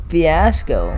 Fiasco